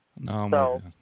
No